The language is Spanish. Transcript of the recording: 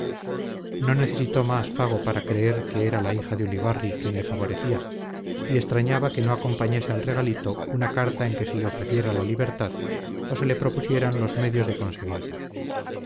no necesitó más fago para creer que era la hija de ulibarri quien le favorecía y extrañaba que no acompañase al regalito una carta en que se le ofreciera la libertad o se le propusieran los medios de conseguirla